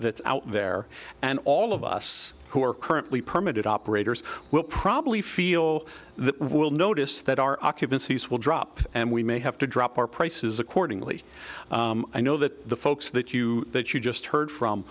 that's out there and all of us who are currently permitted operators will probably feel that will notice that our occupancies will drop and we may have to drop our prices accordingly i know that the folks that you that you just heard from